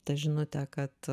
ta žinutė kad